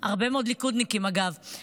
הרבה מאוד ליכודניקים, אגב,